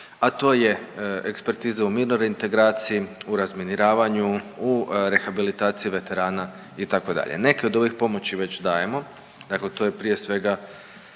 a to je ekspertiza u mirnoj reintegraciji, u razminiravanju, u rehabilitaciji veterana itd. Neke od ovih pomoći već dajemo, dakle to je prije svega